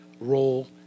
role